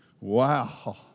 Wow